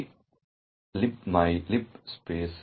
plt libmylib pic